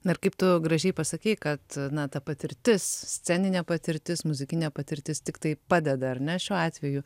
na ir kaip tu gražiai pasakei kad na ta patirtis sceninė patirtis muzikinė patirtis tiktai padeda ar ne šiuo atveju